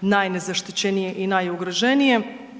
najnezaštićenije i najugroženije.